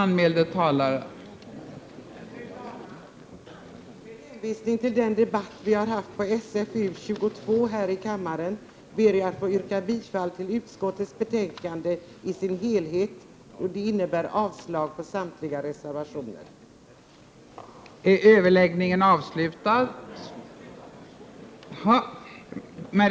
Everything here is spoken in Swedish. Fru talman! Med hänvisning till den debatt vi har haft om socialförsäkringsutskottets betänkande 22 här i kammaren, ber jag att få yrka bifall till utskottets hemställan i dess helhet. Det innebär alltså avslag på samtliga reservationer.